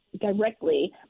directly